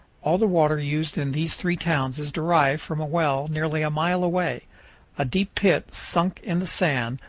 all the water used in these three towns is derived from a well nearly a mile away a deep pit sunk in the sand,